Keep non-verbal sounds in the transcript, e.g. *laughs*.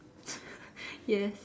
*laughs* yes